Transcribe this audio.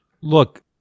look